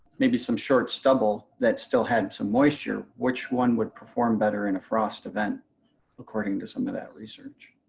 maybe some short stubble that still had some moisture which one would perform better in a frost event according to some of that research?